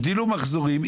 הגדילו מחזורים,